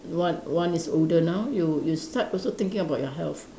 one one is older now you you start also thinking about your health